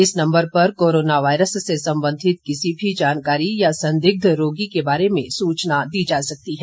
इस नम्बर पर corona virus से संबंधित किसी भी जानकारी या संदिग्ध रोगी के बारे में सूचना दी जा सकती है